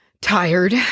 tired